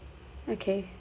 okay